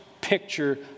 picture